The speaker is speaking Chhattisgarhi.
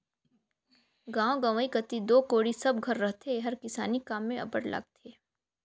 गाँव गंवई कती दो कोड़ी सब घर रहथे एहर किसानी काम मे अब्बड़ लागथे